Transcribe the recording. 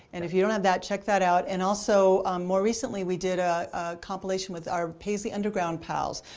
and if you don't have that, check that out. and also more recently we did a compilation with our paisley underground pals,